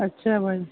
اچھا بھائی